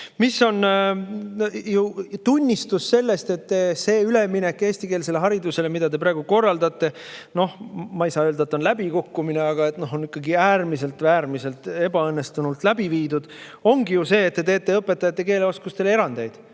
välja. Tunnistus sellest, et see üleminek eestikeelsele haridusele, mida te praegu korraldate – noh, ma ei saa öelda, et on läbikukkumine, aga on ikkagi äärmiselt ebaõnnestunult läbi viidud, ongi ju see, et te teete õpetajate keeleoskuse [nõudes] erandeid.